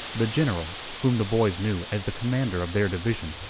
the general, whom the boys knew as the commander of their division,